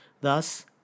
Thus